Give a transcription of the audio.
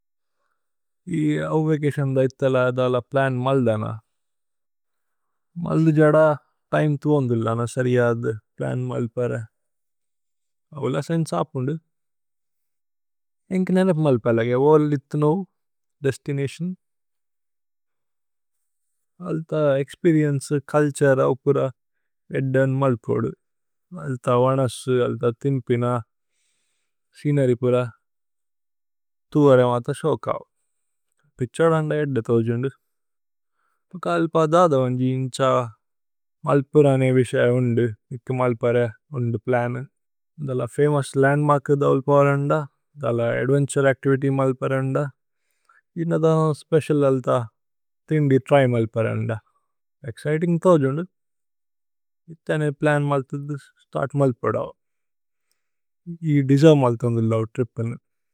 ഇ അവു വകേസന്ദു ഐഥല അഥല പ്ലന് മല്ദന। മല്ദു ജദ തിമേ തുവോന്ദു ഇല്ലന സര്രി അഥു। പ്ലന് മല്പരേ അവുല സേന്സ് ആപുന്ദു ഏന്കി നേനേപ്। മല്പേല ലഗേ ഓല ലിഹ്തു നോഉ ദേസ്തിനതിഓന് അല്ത। ഏക്സ്പേരിഏന്ചേ ചുല്തുരേ അവു പുര ഏദ്ദ അനു മല്പോദു। അല്ത വനസു അല്ത തിന്പിന സ്ചേനരി പുര തുവര। മഥ ശോകവു പിഛോദ അന്ദ ഏദ്ദ തോജുന്ദു അക। അല്പ ദദ വന്ജി നിഛ മല്പുര അനേ വിശയ ഉന്ദു। ഇക്കു മല്പരേ ഉന്ദു പ്ലനു ഇഥല ഫമോഉസ് ലന്ദ്മര്ക്। ഇധ ഉല്പോല ന്ദ ഇഥല അദ്വേന്തുരേ അച്തിവിത്യ് മല്। അര ന്ദ ജിന ദന സ്പേചിഅല് അല്ത ഥിന്ദി ത്ര്യ് മല്। പര ന്ദ ഏക്സ്ചിതിന്ഗ് തോജുന്ദു ഇത്ഥനേ പ്ലന് അല്ഥുദു। സ്തര്ത് മല്പോദ അവു ഇ ദേസേര്വേ മല്ഥുന്ദു ലോവേ ത്രിപ് അനു।